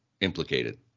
implicated